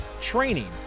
training